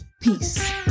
Peace